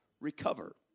recover